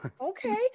Okay